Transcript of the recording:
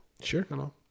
Sure